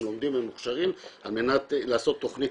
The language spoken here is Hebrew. הם לומדים ומוכשרים על מנת לעשות תכנית